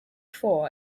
four